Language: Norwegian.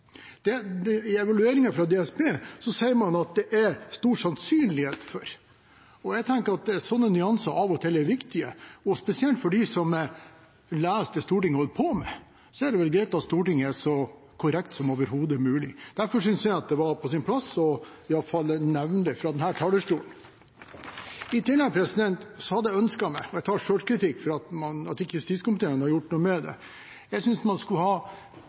I evalueringen fra DSB står det at det er «stor sannsynlighet for ». Jeg tenker at sånne nyanser av og til er viktige. Spesielt for dem som leser om det Stortinget holder på med, er det vel greit at Stortinget er så korrekt som overhodet mulig. Derfor synes jeg at det var på sin plass iallfall å nevne det fra denne talerstolen. I tillegg hadde jeg ønsket meg – og jeg tar selvkritikk for at ikke justiskomiteen har gjort noe med det – at man